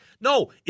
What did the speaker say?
No